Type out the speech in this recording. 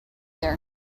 there